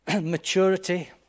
maturity